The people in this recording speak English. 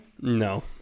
No